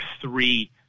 three